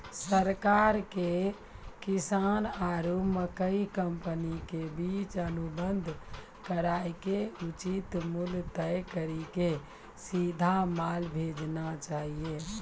सरकार के किसान आरु मकई कंपनी के बीच अनुबंध कराय के उचित मूल्य तय कड़ी के सीधा माल भेजना चाहिए?